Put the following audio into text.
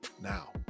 now